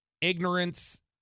ignorance